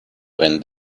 when